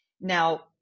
Now